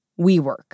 WeWork